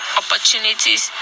opportunities